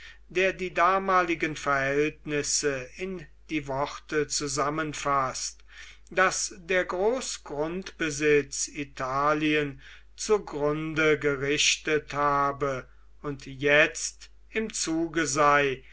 der die damaligen verhältnisse in die worte zusammenfaßt daß der großgrundbesitz italien zugrunde gerichtet habe und jetzt im zuge sei